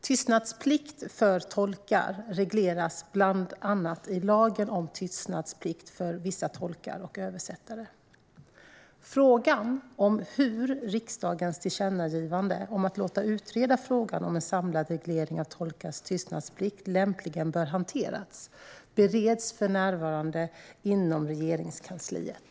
Tystnadsplikt för tolkar regleras bland annat i lagen om tystnadsplikt för vissa tolkar och översättare. Frågan om hur riksdagens tillkännagivande om att låta utreda frågan om en samlad reglering av tolkars tystnadsplikt lämpligen bör hanteras bereds för närvarande inom Regeringskansliet.